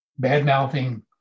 bad-mouthing